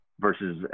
versus